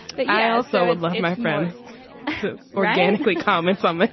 but i also like my friends organically comments on like